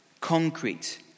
concrete